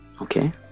Okay